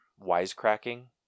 wisecracking